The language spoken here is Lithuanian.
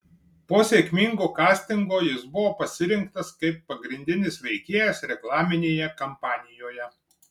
po sėkmingo kastingo jis buvo pasirinktas kaip pagrindinis veikėjas reklaminėje kampanijoje